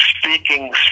speaking